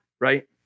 right